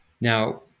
Now